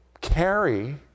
carry